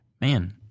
man